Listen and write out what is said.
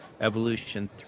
Evolution